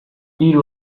hiru